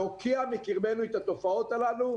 להוקיע מקרבנו את התופעות הללו.